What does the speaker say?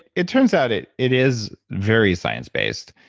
it turns out it it is very science based.